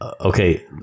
Okay